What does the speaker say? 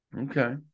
Okay